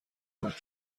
بود